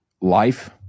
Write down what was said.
life